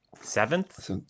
seventh